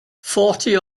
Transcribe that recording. forty